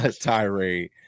tirade